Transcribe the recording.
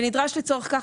לצורך כך,